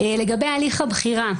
לגבי הליך הבחירה,